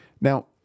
Now